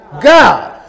God